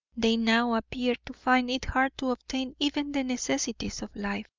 they now appear to find it hard to obtain even the necessities of life.